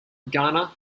garner